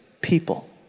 people